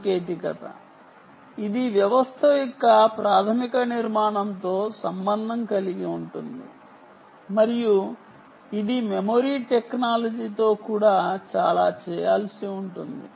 సాంకేతికత ఇది వ్యవస్థ యొక్క ప్రాథమిక నిర్మాణంతో సంబంధం కలిగి ఉంటుంది మరియు ఇది మెమరీ టెక్నాలజీలతో కూడా చాలా చేయాల్సి ఉంటుంది